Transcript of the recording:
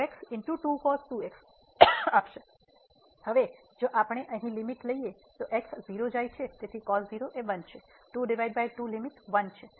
તેથી હવે જો આપણે અહીં લીમીટ લઈએ તો x 0 જાય છે તેથી cos 0 એ 1 છે 22 લીમીટ 1 છે